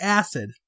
acid